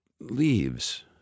Leaves